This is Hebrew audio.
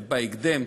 ובהקדם,